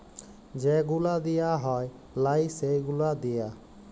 যে গুলা দিঁয়া হ্যয় লায় সে গুলা দিঁয়া